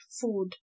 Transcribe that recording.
food